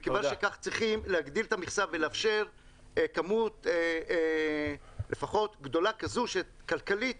מכיוון שכך צריך להגדיל את המכסה ולאפשר כמות לפחות גדולה כזו שכלכלית